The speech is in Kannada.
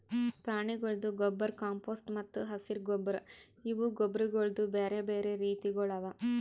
ಪ್ರಾಣಿಗೊಳ್ದು ಗೊಬ್ಬರ್, ಕಾಂಪೋಸ್ಟ್ ಮತ್ತ ಹಸಿರು ಗೊಬ್ಬರ್ ಇವು ಗೊಬ್ಬರಗೊಳ್ದು ಬ್ಯಾರೆ ಬ್ಯಾರೆ ರೀತಿಗೊಳ್ ಅವಾ